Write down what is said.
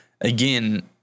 again